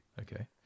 okay